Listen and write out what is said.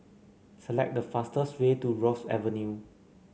select the fastest way to Rosyth Avenue